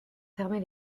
fermer